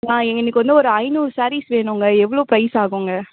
ஆ எனக்கு வந்து ஒரு ஐந்நூறு ஸேரீஸ் வேணுங்க எவ்வளோ ப்ரைஸ் ஆகுங்க